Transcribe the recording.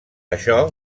això